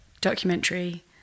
documentary